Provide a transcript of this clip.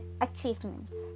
achievements